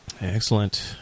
Excellent